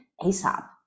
ASAP